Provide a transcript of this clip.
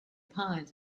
pines